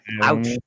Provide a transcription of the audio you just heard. Ouch